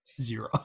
zero